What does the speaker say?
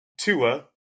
Tua